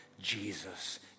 Jesus